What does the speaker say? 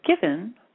given